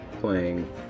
playing